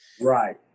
Right